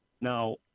Now